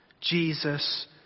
Jesus